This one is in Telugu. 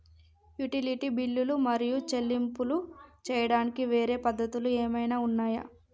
యుటిలిటీ బిల్లులు మరియు చెల్లింపులు చేయడానికి వేరే పద్ధతులు ఏమైనా ఉన్నాయా?